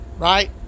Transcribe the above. Right